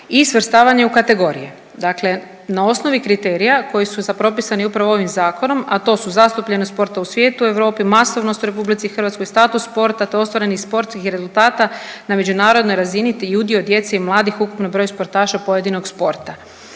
i svrstavanje u kategorije. Dakle, na osnovi kriterija koji su propisani upravo ovim zakonom a to su zastupljenost sporta u svijetu, Europi, masovnost u Republici Hrvatskoj, status sporta te ostvarenih sportskih rezultata na međunarodnoj razini i udio djece i mladih u ukupnom broju sportaša pojedinog sporta.